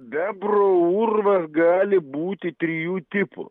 bebro urvas gali būti trijų tipų